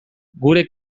gure